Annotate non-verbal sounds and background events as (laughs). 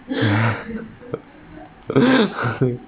(laughs)